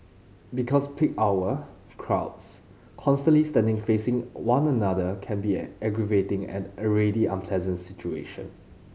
because peak hour crowds constantly standing facing one another can be aggravating and already unpleasant situation